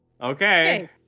Okay